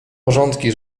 porządki